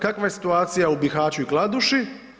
Kakva je situacija u Bihaću i Kladuši?